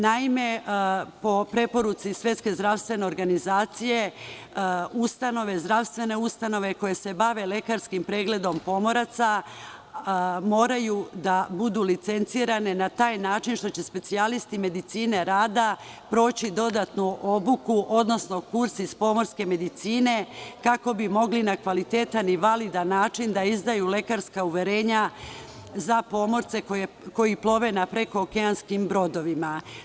Naime, po preporuci SZO, zdravstvene ustanove koje se bave lekarskim pregledom pomoraca, moraju da budu licencirane, na taj način što će specijalisti medicine rada proći dodatnu obuku, odnosno kurs iz pomorske medicine, kako bi mogli na kvalitetan i validan način da izdaju lekarska uverenja za pomorce koji plove na prekookeanskim brodovima.